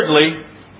thirdly